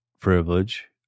privilege